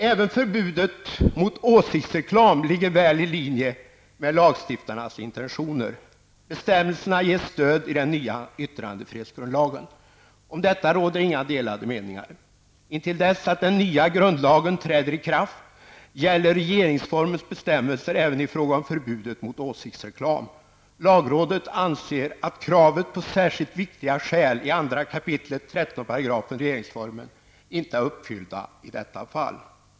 Även förbudet mot åsiktsreklam ligger väl i linje med lagstiftarnas intentioner. Bestämmelserna ges stöd i den nya yttrandefrihetsgrundlagen. Om detta råder inga delade meningar. Intill dess att den nya grundlagen träder i kraft gäller regeringsformens bestämmelser även i fråga om förbudet mot åsiktsreklam. Lagrådet anser att kravet på särskilt viktiga skäl i 2 kap. 13 § regeringsformen inte är uppfyllt i detta fall.